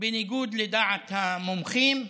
בניגוד לדעת המומחים,